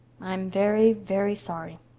i'm very, very sorry.